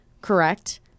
correct